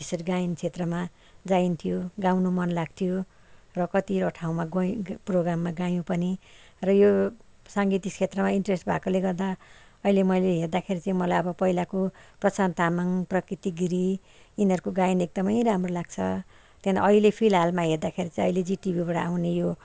त्यसरी गायन क्षेत्रमा गाइन्थ्यो गाउनु मन लाग्थ्यो र कतिवटा ठाउँमा गएँ प्रोग्राममा गायौँ पनि र यो साङ्गीतिक क्षेत्रमा इन्ट्रेस भएकोले गर्दा अहिले मैले हेर्दाखेरि चाहिँ मलाई अब पहिलाको प्रशान्त तामाङ प्रकृति गिरी यिनीहरूको गायन एकदमै राम्रो लाग्छ त्यहाँदेखि अहिले फिलहालमा हेर्दाखेरि चाहिँ अहिले जिटिभीबाट आउने यो